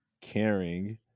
caring